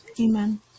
Amen